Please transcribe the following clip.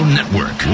Network